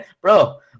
bro